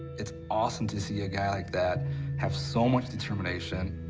it's awesome to see a guy like that have so much determination,